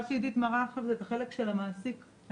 מה שעדית מראה עכשיו זה את החלק של המעסיק הישראלי,